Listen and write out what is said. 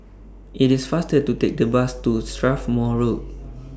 IT IS faster to Take The Bus to Strathmore Road